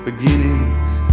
Beginnings